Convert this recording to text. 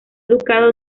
educado